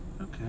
Okay